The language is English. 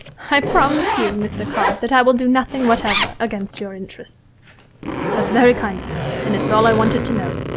i promise you, mr. cobb, that i will do nothing whatever against your interests that's very kind of you, and it's all i wanted to know